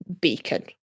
beacon